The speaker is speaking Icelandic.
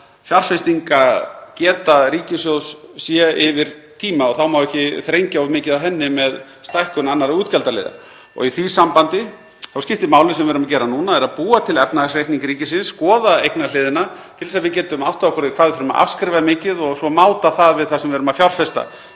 fjárfestingargeta ríkissjóðs sé yfir tíma? Þá má ekki þrengja of mikið að henni með stækkun annarra útgjaldaliða. (Forseti hringir.) Og í því sambandi skiptir máli sem við erum að gera núna sem er að búa til efnahagsreikning ríkisins, skoða eignahliðina til að við getum áttað okkur á hvað við þurfum að afskrifa mikið og svo máta það við það sem við erum að fjárfesta